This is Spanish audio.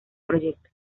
proyecto